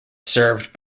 served